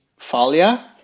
Falia